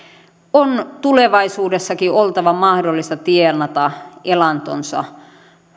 on tulevaisuudessakin oltava mahdollista tienata elantonsa